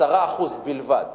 10% בלבד